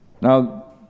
Now